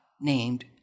named